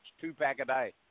two-pack-a-day